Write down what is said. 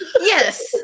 Yes